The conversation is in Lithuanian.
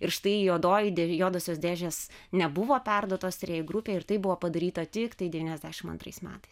ir štai juodoji juodosios dėžės nebuvo perduotos tyrėjų grupei ir tai buvo padaryta tiktai devyniasdešim antarais metais